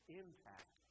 impact